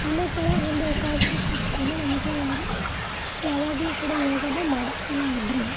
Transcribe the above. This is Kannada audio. ಅನ್ನೋ ಥರ ಒಂದು ಕಾನ್ಸೆಪ್ಟ್ ಇಟ್ಟುಕೊಂಡು ನಮಗೆ ಯಾವಾಗಲೂ ಕೂಡ ಯೋಗನ ಮಾಡಿಸ್ತಲೇ ಇದ್ದರು